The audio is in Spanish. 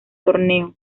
torneo